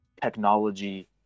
technology